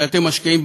שאתם משקיעים,